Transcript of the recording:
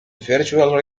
virtual